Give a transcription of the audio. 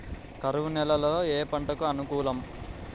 కరువు నేలలో ఏ పంటకు అనుకూలం?